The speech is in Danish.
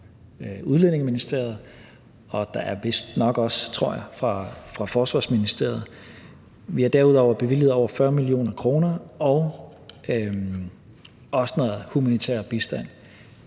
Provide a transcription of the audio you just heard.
Udlændingestyrelsen, og der er vist nok også nogle fra Forsvarsministeriet. Vi har derudover bevilget over 40 mio. kr. og også noget humanitær bistand.